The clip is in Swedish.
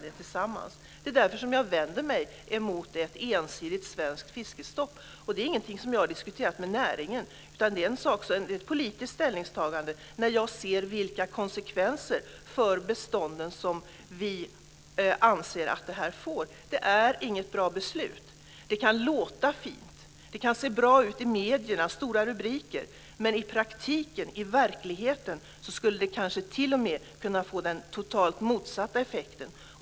Det är därför jag vänder mig mot ett ensidigt svenskt fiskestopp. Det är ingenting som jag har diskuterat med näringen utan det är ett politiskt ställningstagande. Jag ser vilka konsekvenser det får för bestånden. Det är inget bra beslut. Det kan låta fint. Det kan se bra ut i medierna och ge stora rubriker. Men i verkligheten skulle det t.o.m. kunna få totalt motsatt effekt.